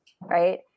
right